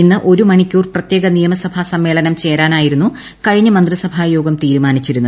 ഇന്ന് ഒരു മണിക്കൂർ പ്രത്യേക നിയമസഭാ സമ്മേളനം ചേരാനായിരുന്നു കഴിഞ്ഞ മന്ത്രിസഭാ യോഗം തീരുമാനിച്ചിരുന്നത്